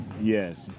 yes